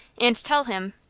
and tell him